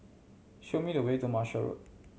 show me the way to Marshall Road